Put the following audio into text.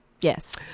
Yes